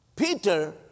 Peter